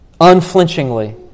unflinchingly